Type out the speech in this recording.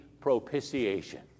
propitiation